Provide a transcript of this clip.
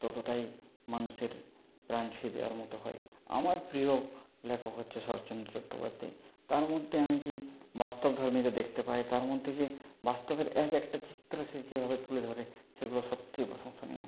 ততোটাই মানুষের প্রাণ ছুঁয়ে দেওয়ার মতো হয় আমার প্রিয় লেখক হচ্ছে শরৎচন্দ্র চট্টোপাধ্যায় তার মধ্যে আমি যে বাস্তব ধর্ম দেখতে পাই তার মধ্যে যে বাস্তবের এক একটা চিত্র সে যেভাবে তুলে ধরে সেগুলো সত্যি প্রশংসনীয়